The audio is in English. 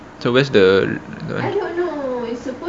so where's the that [one]